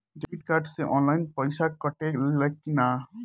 Debit card से online पैसा कटा ले कि ना?